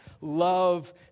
Love